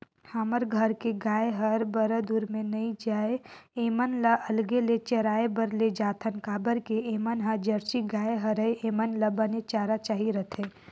हमर घर के गाय हर बरदउर में नइ जाये ऐमन ल अलगे ले चराए बर लेजाथन काबर के ऐमन ह जरसी गाय हरय ऐेमन ल बने चारा चाही रहिथे